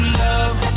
love